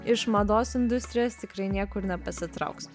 iš mados industrijos tikrai niekur nepasitrauks